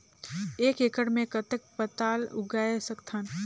एक एकड़ मे कतेक पताल उगाय सकथव?